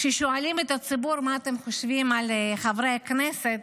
כששואלים את הציבור מה אתם חושבים על חברי כנסת,